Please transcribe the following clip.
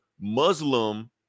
Muslim